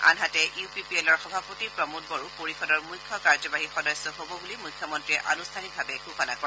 আনহাতে U P P এলৰ সভাপতি প্ৰমোদ বড়ো পৰিষদৰ মুখ্য কাৰ্যবাহী সদস্য হব বুলি মুখ্যমন্ত্ৰীয়ে আনুষ্ঠানিকভাৱে ঘোষণা কৰে